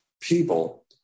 people